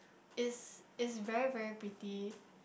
it's it's very very pretty